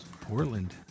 Portland